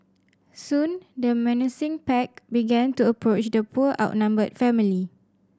soon the menacing pack began to approach the poor outnumbered family